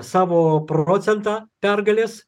savo procentą pergalės